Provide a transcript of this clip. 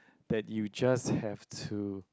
that you just have to